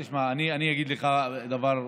תשמע, אני אגיד לך דבר אחד: